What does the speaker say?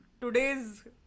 today's